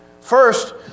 First